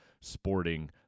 sporting